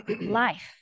life